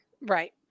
Right